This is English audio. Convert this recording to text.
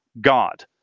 God